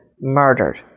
murdered